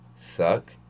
suck